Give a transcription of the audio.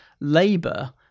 Labour